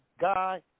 guy